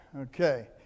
Okay